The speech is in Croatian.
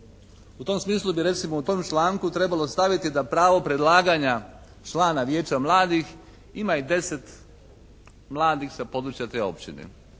U tom smislu bi recimo u tom članku trebalo staviti da pravo predlaganja člana vijeća mladih ima i deset mladih sa područja te općine